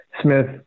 Smith